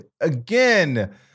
Again